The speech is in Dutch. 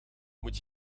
moet